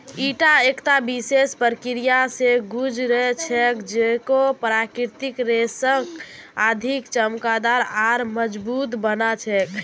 ईटा एकता विशेष प्रक्रिया स गुज र छेक जेको प्राकृतिक रेशाक अधिक चमकदार आर मजबूत बना छेक